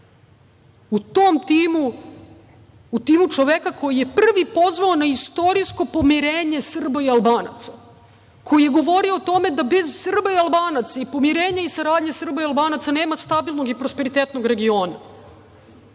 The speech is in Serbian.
u timu čoveka koji je prvi pozvao na istorijsko pomirenje Srba i Albanaca, koji je govorio o tome da bez Srba i Albanaca i pomirenja i saradnje Srba i Albanaca nema prosperitetnog regiona.